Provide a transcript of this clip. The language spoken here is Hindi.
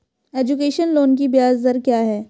एजुकेशन लोन की ब्याज दर क्या है?